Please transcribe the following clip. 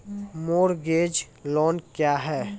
Mortgage loan क्या है?